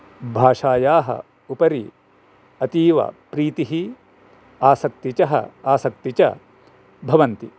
भाषायाः उपरि अतीव प्रीतिः आसक्तिः च आसक्तिश्च भवन्ति